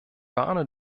warne